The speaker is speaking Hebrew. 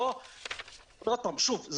שוב,